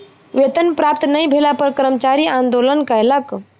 वेतन प्राप्त नै भेला पर कर्मचारी आंदोलन कयलक